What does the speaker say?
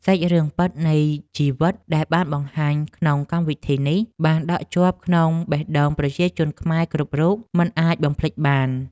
សាច់រឿងពិតនៃជីវិតដែលបានបង្ហាញក្នុងកម្មវិធីនេះបានដក់ជាប់ក្នុងបេះដូងប្រជាជនខ្មែរគ្រប់រូបមិនអាចបំភ្លេចបាន។